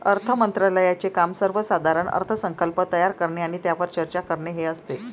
अर्थ मंत्रालयाचे काम सर्वसाधारण अर्थसंकल्प तयार करणे आणि त्यावर चर्चा करणे हे असते